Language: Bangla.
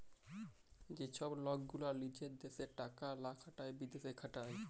যে ছব লক গীলা লিজের দ্যাশে টাকা লা খাটায় বিদ্যাশে খাটায়